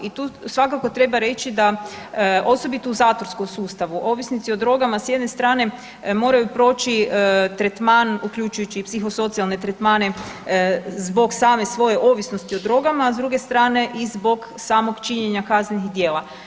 I tu svakako treba reći osobito u zatvorskom sustavu, ovisnici o drogama s jedne strane moraju proći tretman uključujući i psihosocijalne tretmane zbog same svoje ovisnosti o drogama, a s druge strane i zbog samom činjenja kaznenih djela.